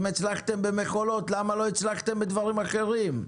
אם הצלחתם במכולות, למה לא הצלחתם בדברים אחרים?